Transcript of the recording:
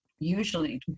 usually